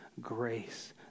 grace